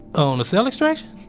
on a cell extraction?